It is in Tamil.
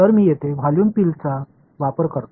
எனவே நான் இங்கே ஒரு வாள்யூம் பில் பற்றி நினைக்கிறேன்